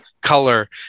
color